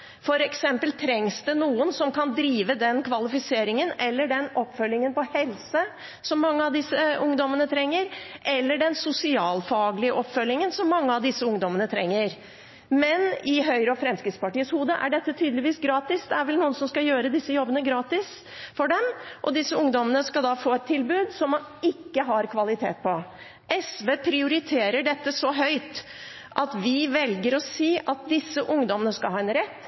trengs det noen som kan drive den kvalifiseringen, den oppfølgingen på helse eller den sosialfaglige oppfølgingen som mange av disse ungdommene trenger. Men i Høyre og Fremskrittspartiets hode er dette tydeligvis gratis, det er vel noen som skal gjøre disse jobbene gratis for dem, og disse ungdommene skal da få et tilbud som det ikke er kvalitet i. SV prioriterer dette så høyt at vi velger å si at disse ungdommene skal ha en rett.